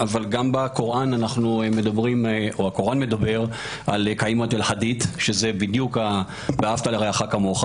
הקוראן מדבר על "ואהבת לרעך כמוך"